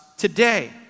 today